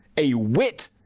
a whit,